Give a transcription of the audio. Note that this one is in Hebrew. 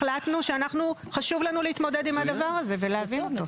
החלטנו שחשוב לנו להתמודד עם הדבר הזה ולהבין אותו.